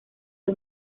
fue